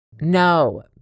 No